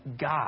god